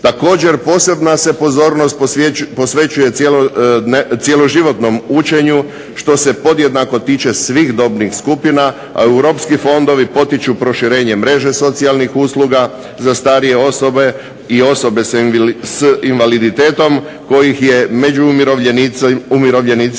Također posebna se pozornost posvećuje cjeloživotnom učenju što se podjednako tiče svih dobnih skupina, a europski fondovi potiču proširenju mreže socijalnih usluga za starije osobe i osobe s invaliditetom kojih je među umirovljenicima očekivano